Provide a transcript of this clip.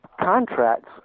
contracts